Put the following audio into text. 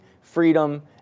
freedom